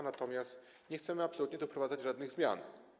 Natomiast nie chcemy absolutnie wprowadzać tu żadnych zmian.